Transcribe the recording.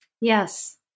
Yes